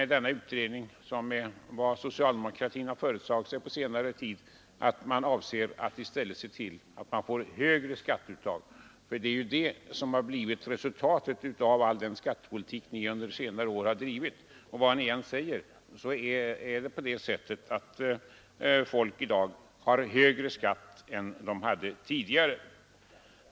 Denna utredning ligger väl i linje med socialdemokratins föresats på senare tid att i stället se till att man får högre skatteuttag. För det är ju det som blivit resultatet av hela den skattepolitik som ni under senare tid drivit. Vad ni än säger så har folk i dag högre skatt än de hade tidigare.